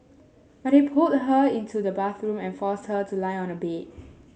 but he pulled her into the bedroom and forced her to lie on a bed